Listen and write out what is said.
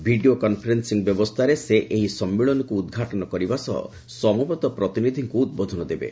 video conferencing ବ୍ୟବସ୍ଥାରେ ସେ ଏହି ସମ୍ମିଳନୀକୃ ଉଦ୍ଘାଟନ କରିବା ସହ ସମବେତ ପ୍ରତିନିଧିଙ୍କୁ ଉଦ୍ବୋଧନ ଦେବେ